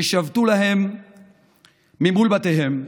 ששבתו להם מול בתיהם,